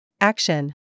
Action